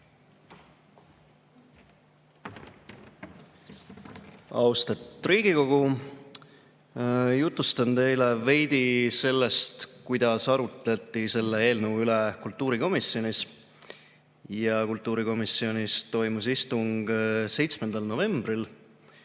Austatud Riigikogu! Jutustan teile veidi sellest, kuidas arutleti selle eelnõu üle kultuurikomisjonis. Kultuurikomisjonis toimus istung 7. novembril